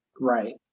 Right